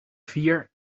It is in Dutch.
vier